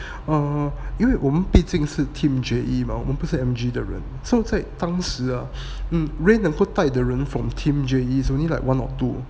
err 因为我们毕竟是 team J_E mah 我们不是 M_G 的人 so 在当时 ray 能够带的人 from team J_E only like one or two